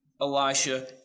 Elisha